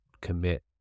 commit